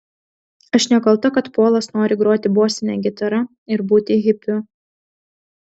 aš nekalta kad polas nori groti bosine gitara ir būti hipiu